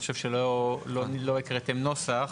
אני חושב שלא הקראתם נוסח.